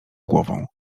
głową